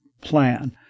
plan—